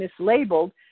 mislabeled